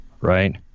right